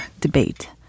debate